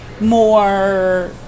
more